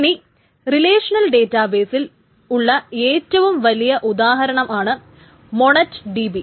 ഇനി റിലേഷണൽ ഡേറ്റാബേസിൽ ഉള്ള ഏറ്റവും വലിയ ഉദാഹരണമാണ് മോണറ്റ് ഡിബി